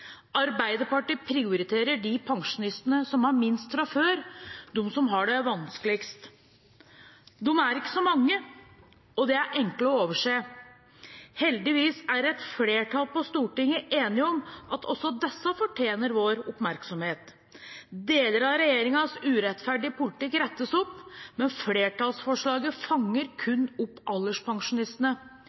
Arbeiderpartiet prioriterer de pensjonistene som har minst fra før, de som har det vanskeligst. De er ikke så mange, og de er enkle å overse. Heldigvis er et flertall på Stortinget enig om at også disse fortjener vår oppmerksomhet. Deler av regjeringens urettferdige politikk rettes opp, men flertallsforslaget fanger kun opp alderspensjonistene.